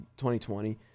2020